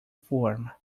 form